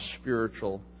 spiritual